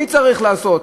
מי צריך לעשות,